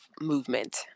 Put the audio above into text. movement